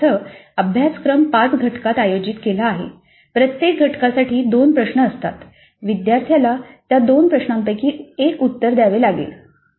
याचा अर्थ अभ्यासक्रम पाच घटकात आयोजित केला आहे प्रत्येक घटकासाठी 2 प्रश्न असतात विद्यार्थ्याला त्या 2 प्रश्नांपैकी 1 उत्तर द्यावे लागेल